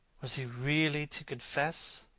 was he really to confess?